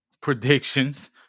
predictions